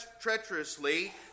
treacherously